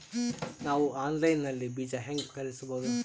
ನಾವು ಆನ್ಲೈನ್ ನಲ್ಲಿ ಬೀಜ ಹೆಂಗ ಖರೀದಿಸಬೋದ?